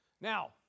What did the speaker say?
Now